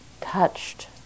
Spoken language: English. touched